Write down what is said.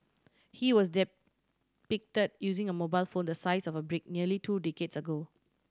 he was depicted using a mobile phone the size of a brick nearly two decades ago